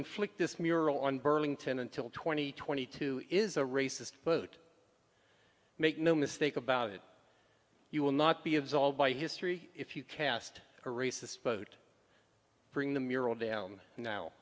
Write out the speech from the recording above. inflict this mural on burlington until twenty twenty two is a racist vote make no mistake about it you will not be absolved by history if you cast a racist vote bring the mural down now